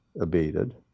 abated